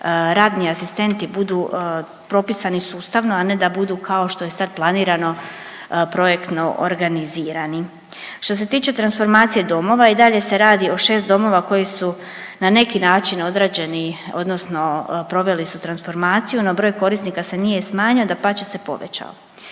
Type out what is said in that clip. radni asistenti budu propisani sustavno, a ne da budu kao što je sad planirano projektno organizirani. Što se tiče transformacije domova i dalje se radi po šest domova koji su na neki način … odnosno proveli su transformaciju no broj korisnika se nije smanjio, dapače se povećao.